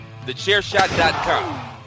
TheChairShot.com